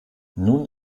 nun